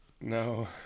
No